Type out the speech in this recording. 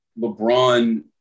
LeBron